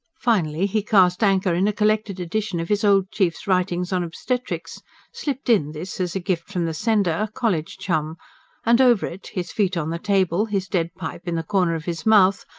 finally he cast anchor in a collected edition of his old chief's writings on obstetrics slipped in, this, as a gift from the sender, a college chum and over it, his feet on the table, his dead pipe in the corner of his mouth,